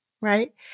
Right